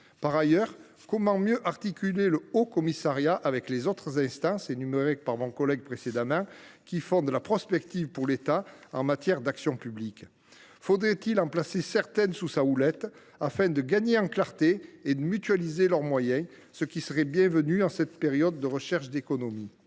Par ailleurs, comment mieux articuler le Haut Commissariat au plan avec les autres instances, que l’orateur précédent a énumérées et qui font de la prospective pour l’État en matière d’action publique ? Ne faudrait il pas en placer certaines sous sa houlette, afin de gagner en clarté et de mutualiser leurs moyens, ce qui serait bienvenu en cette période de recherche d’économies ?